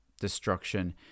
destruction